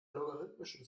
logarithmischen